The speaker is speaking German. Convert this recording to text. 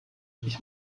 ich